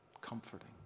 Comforting